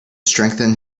strengthen